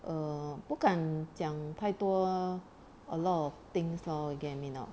err 不敢讲太多 a lot of things lor you get what I mean or not